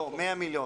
לא,100 מיליון.